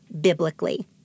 biblically